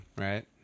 right